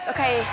Okay